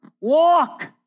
walk